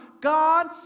God